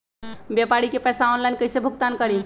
व्यापारी के पैसा ऑनलाइन कईसे भुगतान करी?